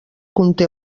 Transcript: conté